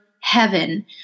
heaven